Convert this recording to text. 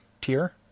tier